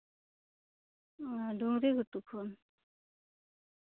ᱚ ᱰᱩᱝᱨᱤ ᱜᱷᱩᱴᱩ ᱠᱷᱚᱱ